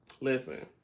listen